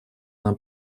нам